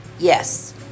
Yes